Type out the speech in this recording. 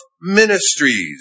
ministries